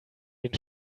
den